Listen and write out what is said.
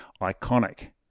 iconic